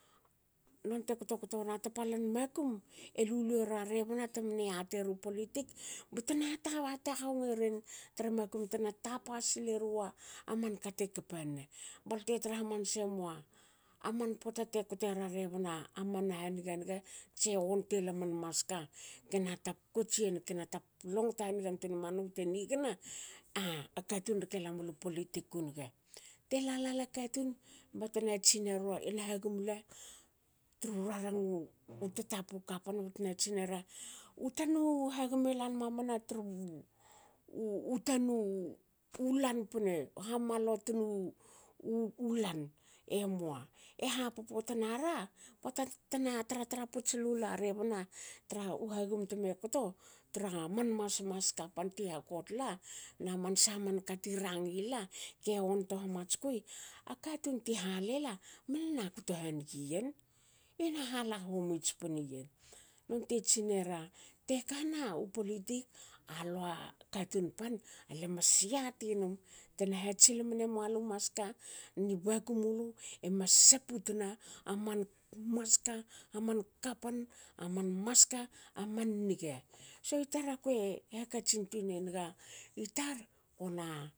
Nonte kto kto wna tapalan makum elelu era tapalan rebna temne yatieru politik, btena hata hongeren tra makum tena tap silerua a manka te kapan ne. Balte tra hamanse mua man pota te kotera rebna aman haniga niga. tse wonte la man maska kena tap kotsiyen longto hanigantuine manu bte nigna. a katun rke lamnu politik u niga. Te lala katun batna tsineru ena hagum ela- tru rarangu tatapa kapan betna tsinera u tanu hagum e lan mamana tru tanu lan pne uha malotnu ulan. emua hapopo tnara. pota tena tra- tra puts lula rebna tra u hagum tra man mas maska panti ha kotla na man saha man ti ranginla ke onto hamatskui,"a katun ti halela mne na kto haningiyen. ena lala homi jpni yen."Nonte tsinera tekana u politik alua katun pan akue mas yatinum te na hatsil mne malu maska ni bakuu mulu emas saputna man maska man kapan aman maska man niga. So itar akue hakatsin tuine naga itar kona